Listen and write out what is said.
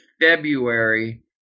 February